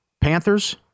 Panthers